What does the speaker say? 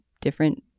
different